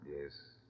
Yes